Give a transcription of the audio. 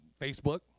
Facebook